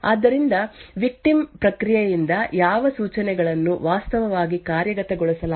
ಆದ್ದರಿಂದ ವಿಕ್ಟಿಮ್ ಪ್ರಕ್ರಿಯೆಯಿಂದ ಯಾವ ಸೂಚನೆಗಳನ್ನು ವಾಸ್ತವವಾಗಿ ಕಾರ್ಯಗತಗೊಳಿಸಲಾಗಿದೆ ಎಂಬುದನ್ನು ಅಟ್ಯಾಕರ್ ಗಳು ಇದರಿಂದ ಊಹಿಸಬಹುದು